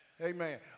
Amen